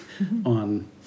on